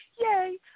yay